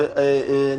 זה.